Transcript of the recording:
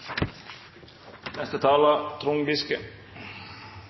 Neste taler